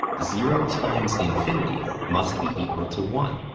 zero times infinity must be equal to one.